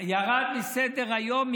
ירד מסדר-היום.